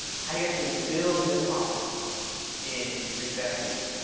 how do you actually build this confidence in your spanish speaking?